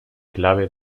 clave